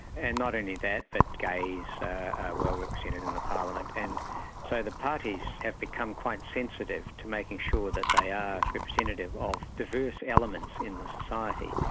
and not only that, but gays are well represented in the parliament, and so the parties have become quite sensitive to making sure that they are representative of diverse elements in the society,